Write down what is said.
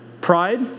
Pride